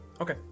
okay